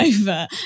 over